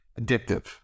addictive